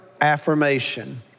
affirmation